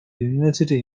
university